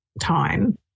time